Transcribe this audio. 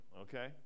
Okay